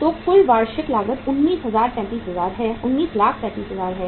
तो कुल वार्षिक लागत 1935000 है